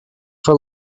for